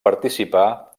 participar